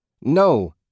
No